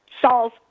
solve